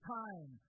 time